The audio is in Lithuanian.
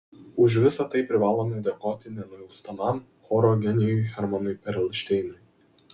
už visa tai privalome dėkoti nenuilstamam choro genijui hermanui perelšteinui